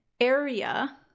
area